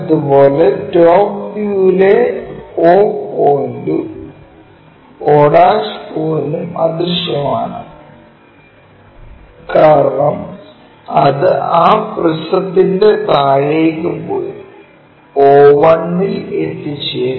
അതുപോലെ ടോപ് വ്യൂവിലെ o പോയിന്റും o' പോയിന്റും അദൃശ്യമാണ് കാരണം അത് ആ പ്രിസത്തിന്റെ താഴേക്ക് പോയി o1 ഇൽ എത്തിച്ചേരുന്നു